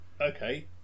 okay